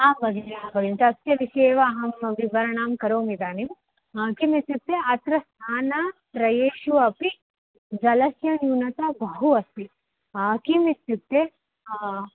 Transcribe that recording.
आं भगिनि आं भगिनि तस्य विषये एव अहं विवरणं करोमि इदानीं किमित्युक्ते अत्र स्थानत्रयेषु अपि जलस्य न्यूनता बहु अस्ति किमित्युक्ते